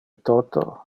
toto